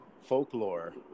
folklore